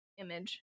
image